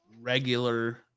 regular